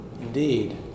Indeed